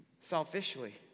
selfishly